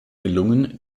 gelungen